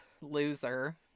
loser